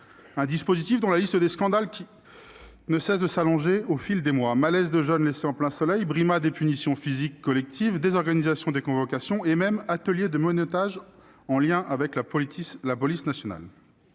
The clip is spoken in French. La liste des scandales entourant le SNU ne cesse de s'allonger au fil des mois : malaises de jeunes laissés en plein soleil, brimades et punitions physiques collectives, désorganisation des convocations et, même, atelier de menottage en lien avec la police nationale.